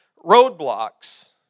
roadblocks